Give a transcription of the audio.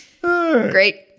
Great